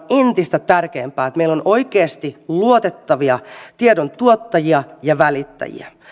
entistä tärkeämpää että meillä on oikeasti luotettavia tiedon tuottajia ja välittäjiä ja